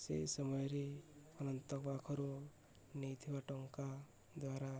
ସେହି ସମୟରେ ଅନନ୍ତ ପାଖରୁ ନେଇଥିବା ଟଙ୍କା ଦ୍ୱାରା